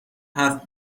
حرف